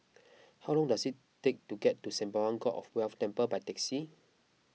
how long does it take to get to Sembawang God of Wealth Temple by taxi